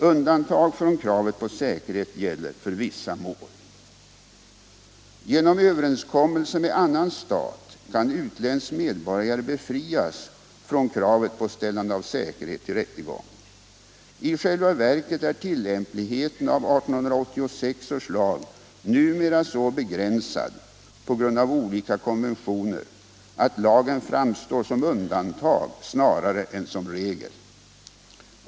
Undantag från kravet på säkerhet gäller för vissa mål. Genom överenskommelse med annan stat kan utländsk medborgare befrias från kravet på ställande av säkerhet i rättegång. I själva verket är tillämpligheten av 1886 års lag numera så begränsad på grund av olika konventioner, att lagen framstår som undantag snarare än som regel.